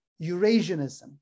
Eurasianism